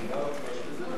מסיר.